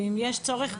ואם יש צורך,